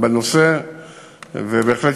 ובהחלט,